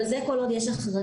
אבל זה כל עוד יש החרגה.